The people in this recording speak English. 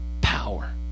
power